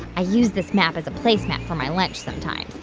i use this map as a place mat for my lunch sometimes.